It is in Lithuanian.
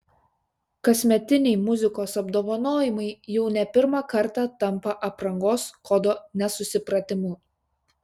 kasmetiniai muzikos apdovanojimai jau ne pirmą kartą tampa aprangos kodo nesusipratimu